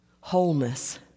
Wholeness